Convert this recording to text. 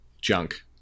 junk